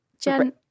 Jen